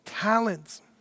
talents